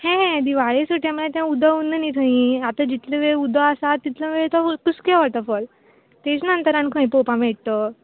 हें हें दिवाळे सुटये म्हळ्यार तें उदक उरना नी थंय आता जितलो वेळ उदक आसा तितलो वेळ तो कुस्कें वोटरफोल तेजे नंतर आनी खंय पळोवपा मेळटा तो